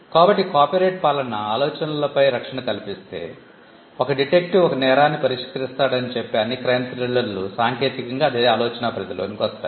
కాబట్టి కాపీరైట్ పాలన ఆలోచనలపై రక్షణ కల్పిస్తే ఒక డిటెక్టివ్ ఒక నేరాన్ని పరిష్కరిస్తాడని చెప్పే అన్ని క్రైమ్ థ్రిల్లర్లు సాంకేతికంగా అదే ఆలోచన పరిధిలోకి వస్తాయి